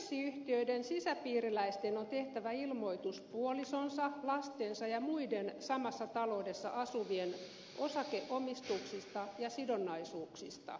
pörssiyhtiöiden sisäpiiriläisten on tehtävä ilmoitus puolisonsa lastensa ja muiden samassa taloudessa asuvien osakeomistuksista ja sidonnaisuuksista